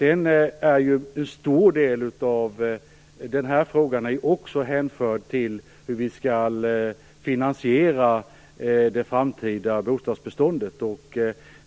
En stor del av denna fråga hänför sig också till hur vi skall finansiera det framtida bostadsbeståndet.